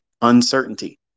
uncertainty